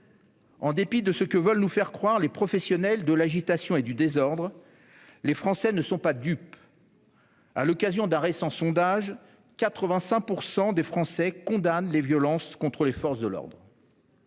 En dépit de ce que veulent nous faire croire les professionnels de l'agitation et du désordre, les Français ne sont pas dupes. À l'occasion d'un récent sondage, 85 % des Français condamnaient les violences contre les forces de l'ordre.